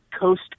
coast